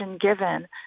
given